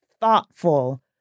thoughtful